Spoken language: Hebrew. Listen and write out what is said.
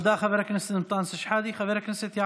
תודה, חבר הכנסת אנטאנס שחאדה.